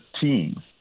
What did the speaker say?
team